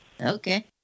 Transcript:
Okay